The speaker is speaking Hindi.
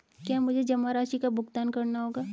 क्या मुझे जमा राशि का भुगतान करना होगा?